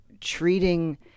treating